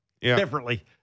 differently